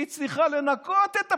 היא צריכה לנקות את הפנימייה.